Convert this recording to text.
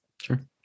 Sure